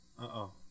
Uh-oh